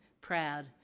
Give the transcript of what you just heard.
proud